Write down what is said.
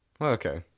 Okay